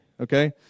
okay